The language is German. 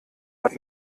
hat